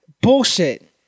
bullshit